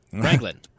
Franklin